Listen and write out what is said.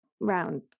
round